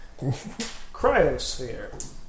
Cryosphere